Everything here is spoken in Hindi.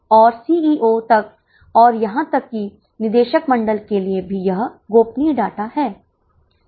अब यह 128 हालांकि हमारे लिए प्रति शिक्षक परिवर्तनीय लागत है परंतु हमारे लिए लागत इकाई छात्र है